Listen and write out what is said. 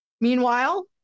Meanwhile